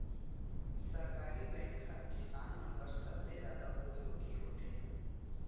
सहकारी बैंक ह किसान मन बर सबले जादा उपयोगी होथे